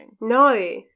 No